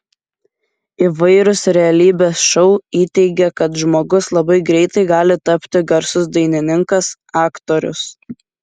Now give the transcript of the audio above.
įvairūs realybės šou įteigė kad žmogus labai greitai gali tapti garsus dainininkas aktorius